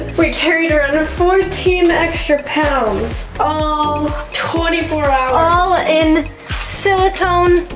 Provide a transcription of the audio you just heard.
we carried around fourteen extra pounds. all twenty four hours. all in silicone.